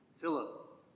Philip